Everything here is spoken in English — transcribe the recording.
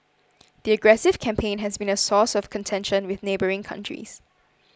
the aggressive campaign has been a source of contention with neighbouring countries